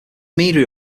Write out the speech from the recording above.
media